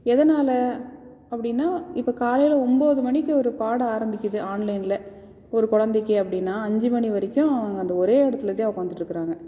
எதனால் அப்படின்னா இப்போ காலையில் ஒம்போது மணிக்கு ஒரு பாடம் ஆரம்பிக்குது ஆன்லைனில் ஒரு குழந்தைக்கி அப்படின்னா அஞ்சு மணி வரைக்கும் அந்த ஒரே இடத்துலே தான் உக்காந்துகிட்டு இருக்கிறாங்க